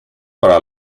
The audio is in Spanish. para